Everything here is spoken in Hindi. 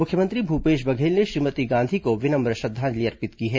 मुख्यमंत्री भूपेश बघेल ने श्रीमती गांधी को विनम्र श्रद्वांजलि अर्पित की है